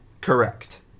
Correct